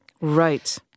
Right